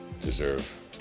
deserve